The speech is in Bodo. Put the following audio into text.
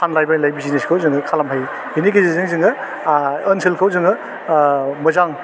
फानलाइ हबायलाइ बिजनेसखौ जोङो खालामनो हायो बिनि गेजेरजों जोङो आह ओनसोलखौ जोङो ओह मोजां